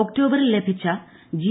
ഒക്ടോബറിൽ ലഭിച്ച ജി